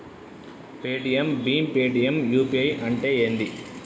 Paytm భీమ్ Paytm UPI అంటే ఏంది?